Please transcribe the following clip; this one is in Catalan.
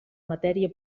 matèria